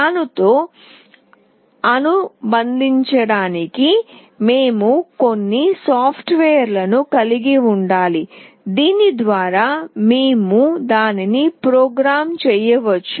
దానితో అనుబంధించటానికి మేము కొన్ని సాఫ్ట్వేర్లను కలిగి ఉండాలి దీని ద్వారా మేము దానిని ప్రోగ్రామ్ చేయవచ్చు